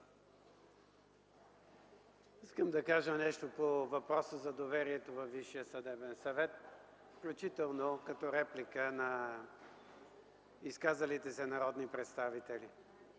искам да кажа нещо по въпроса за доверието във Висшия съдебен съвет, включително като реплика на изказалите се народни представители.